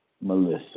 Melissa